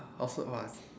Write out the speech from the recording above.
what